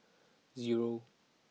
zero